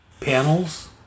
panels